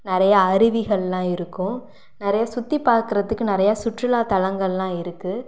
நிறையா அருவிகள்லாம் இருக்கும் நிறையா சுற்றி பார்க்குறதுக்கு நிறையா சுற்றுலா தளங்கள்லாம் இருக்கு